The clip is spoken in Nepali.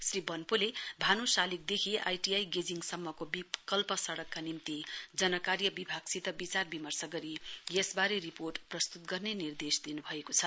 श्री बन्पोले भान् सालिगदेखि आइटीआइ गेजिङसम्मको विकल्प सडकका निम्ति जन कार्य विभागसित विचारविमर्श गरी यसबारे रिपोर्ट प्रस्त्त गर्ने निर्देश दिन् भएको छ